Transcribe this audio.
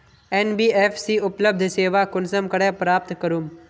NBFC उपलब्ध सेवा कुंसम करे प्राप्त करूम?